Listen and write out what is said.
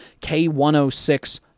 K106